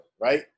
right